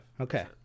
Okay